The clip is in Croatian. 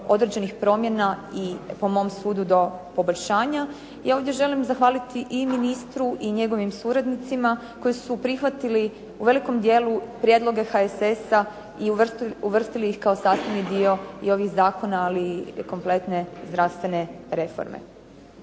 određenih promjena i po mom sudu, do poboljšanja. Ja ovdje želim zahvaliti i ministru i njegovim suradnicima koji su prihvatili u velikom dijelu prijedloge HSS-a i uvrstili ih kao sastavni dio ovih zakona, ali i kompletne zdravstvene reforme.